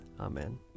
Amen